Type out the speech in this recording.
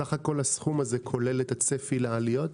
סך הכול הסכום הזה כולל את הצפי לעליות?